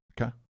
Okay